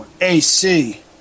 AC